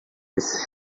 esse